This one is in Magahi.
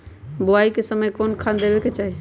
बोआई के समय कौन खाद देवे के चाही?